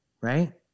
right